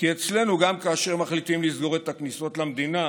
כי אצלנו גם כאשר מחליטים לסגור את הכניסות למדינה